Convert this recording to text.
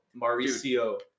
Mauricio